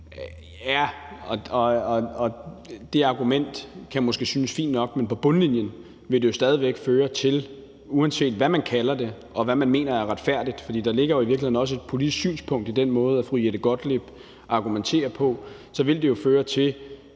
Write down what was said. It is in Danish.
Det argument kan måske synes fint nok, men på bundlinjen vil det stadig væk føre til statslige merudgifter, uanset hvad man kalder det og hvad man mener er retfærdigt, for der ligger jo i virkeligheden også et politisk synspunkt i den måde, fru Jette Gottlieb argumenterer på. Jeg tror ikke,